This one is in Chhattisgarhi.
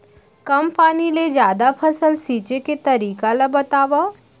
कम पानी ले जादा फसल सींचे के तरीका ला बतावव?